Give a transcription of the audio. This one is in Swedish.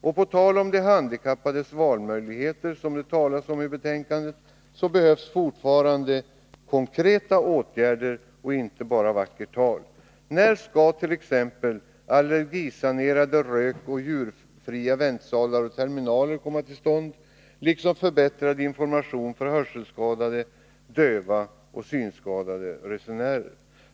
När det gäller de handikappades valmöjligheter, som det talas om i betänkandet, behövs fortfarande konkreta åtgärder och inte bara vackert tal. När skall t.ex. allergisanerade rökoch djurfria väntsalar och terminaler komma till stånd, liksom förbättrad information för hörselskadade, döva och synskadade resenärer?